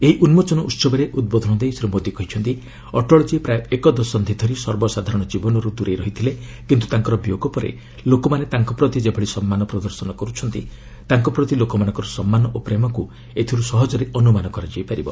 ଏହି ଉନ୍କୋଚନ ଉହବରେ ଉଦ୍ବୋଧନ ଦେଇ ଶ୍ରୀ ମୋଦି କହିଚ୍ଚନ୍ତି ଅଟଳଜୀ ପ୍ରାୟ ଏକଦଶନ୍ଧି ଧରି ସର୍ବସାଧାରଣ ଜୀବନରୁ ଦୂରେଇ ରହିଥିଲେ କିନ୍ତୁ ତାଙ୍କର ବିୟୋଗ ପରେ ଲୋକମାନେ ତାଙ୍କ ପ୍ରତି ଯେଭଳି ସମ୍ମାନ ପ୍ରଦର୍ଶନ କରିଛନ୍ତି ତାଙ୍କ ପ୍ରତି ଲୋକମାନଙ୍କର ସମ୍ମାନ ଓ ପ୍ରେମକୁ ଏଥିରୁ ସହଜରେ ଅନୁମାନ କରାଯାଇ ପାରିବ